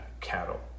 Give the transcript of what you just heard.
cattle